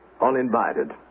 uninvited